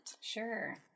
Sure